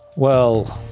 well,